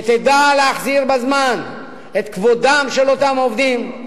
שתדע להחזיר בזמן את כבודם של אותם עובדים,